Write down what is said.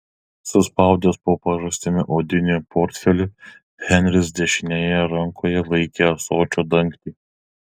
suspaudęs po pažastimi odinį portfelį henris dešinėje rankoje laikė ąsočio dangtį